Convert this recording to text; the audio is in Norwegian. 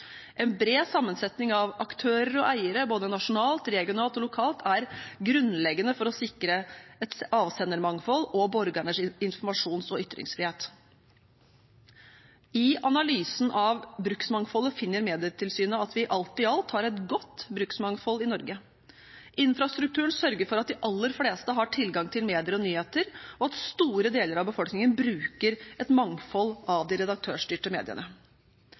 En bred sammensetning av aktører og eiere, både nasjonalt, regionalt og lokalt, er grunnleggende for å sikre et avsendermangfold og borgernes informasjons- og ytringsfrihet. I analysen av bruksmangfoldet finner Medietilsynet at vi alt i alt har et godt bruksmangfold i Norge. Infrastrukturen sørger for at de aller fleste har tilgang til medier og nyheter, og at store deler av befolkningen bruker et mangfold av de redaktørstyrte mediene.